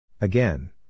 Again